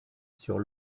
sur